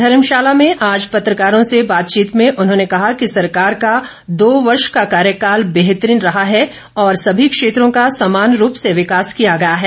धर्मशाला में आज पत्रकारों से बातचीत में उन्होंने कहा कि सरकार का दो वर्ष का कार्यकाल बेहतरीन रहा है और सभी क्षेत्रों का समान रूप से विकास किया गया है